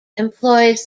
employs